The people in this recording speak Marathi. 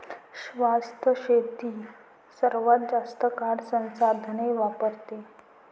शाश्वत शेती सर्वात जास्त काळ संसाधने वापरते